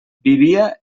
vivia